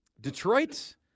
Detroit